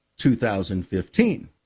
2015